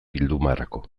bildumarako